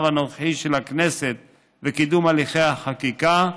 הנוכחי של הכנסת וקידום הליכי החקיקה,